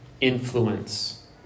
influence